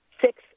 six